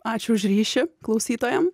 ačiū už ryšį klausytojam